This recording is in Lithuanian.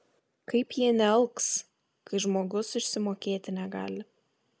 kaip jie nealks kai žmogus išsimokėti negali